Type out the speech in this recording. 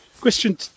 Question